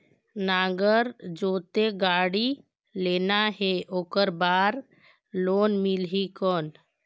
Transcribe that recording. नागर जोते गाड़ी लेना हे ओकर बार लोन मिलही कौन?